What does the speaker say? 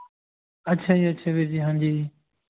ਅੱਛਾ ਜੀ ਅੱਛਾ ਵੀਰ ਜੀ ਹਾਂਜੀ ਜੀ